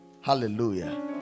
Hallelujah